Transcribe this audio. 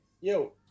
Yo